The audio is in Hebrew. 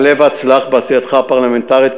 עלה והצלח בעשייתך הפרלמנטרית.